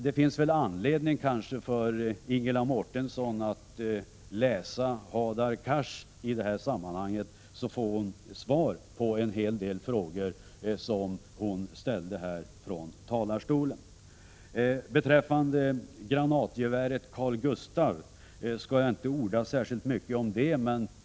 Det finns alltså anledning för Ingela Mårtensson att läsa utfrågningen av Hadar Cars i det här sammanhanget. Då får hon svar på en hel del frågor som hon ställde här från talarstolen. Beträffande granatgeväret Carl-Gustaf skall jag inte orda särskilt mycket.